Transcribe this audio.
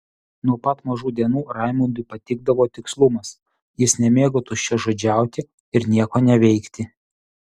nuo pat mažų dienų raimundui patikdavo tikslumas jis nemėgo tuščiažodžiauti ir nieko neveikti